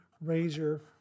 razor